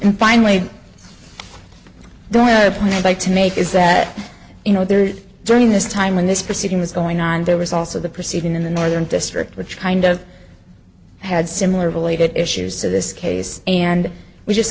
that finally the only point i'd like to make is that you know there during this time when this proceeding was going on there was also the proceeding in the northern district which kind of had similar related issues to this case and we just